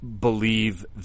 believe